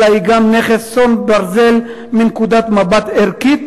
אלא היא גם נכס צאן ברזל מנקודת מבט ערכית